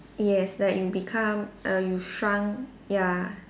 yes that you become err you shrunk ya